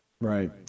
Right